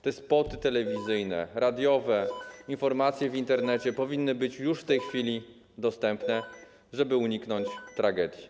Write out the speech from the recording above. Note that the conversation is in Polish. Te spoty telewizyjne, radiowe, informacje w Internecie powinny być już w tej chwili dostępne, żeby uniknąć tragedii.